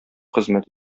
хезмәт